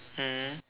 mm